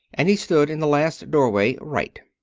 and he stood in the last doorway, right.